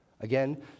Again